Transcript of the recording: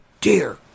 dear